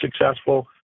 successful